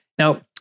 Now